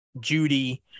Judy